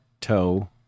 toe